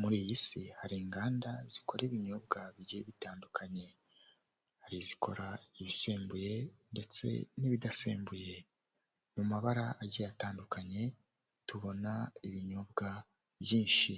Muri iyi si hari inganda zikora ibinyobwa bigiye bitandukanye, hari izikora ibisembuye ndetse n'ibidasembuye, mu mabara agiye atandukanye, tubona ibinyobwa byinshi